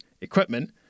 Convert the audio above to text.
equipment